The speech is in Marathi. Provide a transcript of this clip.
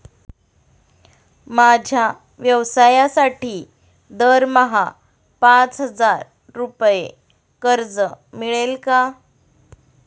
माझ्या व्यवसायासाठी दरमहा पाच हजार रुपये कर्ज मिळेल का?